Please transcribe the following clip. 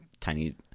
tiny